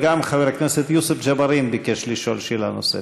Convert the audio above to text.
וגם חבר הכנסת יוסף ג'בארין ביקש לשאול שאלה נוספת.